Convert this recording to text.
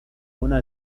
una